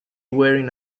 wearing